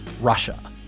Russia